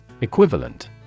Equivalent